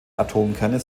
atomkerne